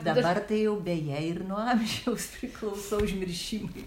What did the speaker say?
dabar tai jau beje ir nuo amžiaus priklauso užmiršimai